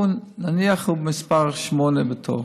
נניח שהוא מספר 8 בתור